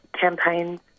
campaigns